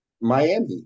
Miami